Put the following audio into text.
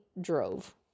drove